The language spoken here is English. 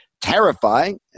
terrifying